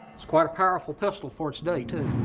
it's quite a powerful pistol for its day, too.